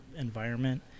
Environment